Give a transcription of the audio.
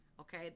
Okay